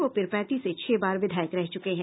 वह पीरपैंती से छह बार विधायक रह चुके हैं